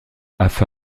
afa